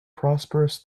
prosperous